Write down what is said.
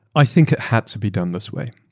i think it had to be done this way.